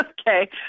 okay